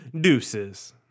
deuces